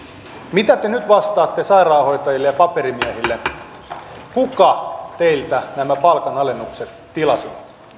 mitä te nyt vastaatte sairaanhoitajille ja paperimiehille kuka teiltä nämä palkanalennukset tilasi